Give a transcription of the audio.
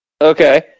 Okay